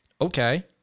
Okay